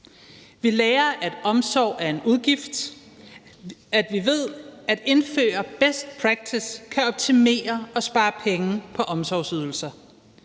Vi lærer, at omsorg er en udgift, og at vi ved at indføre best practice kan optimere og spare penge på omsorgsydelser.